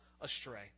astray